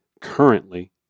currently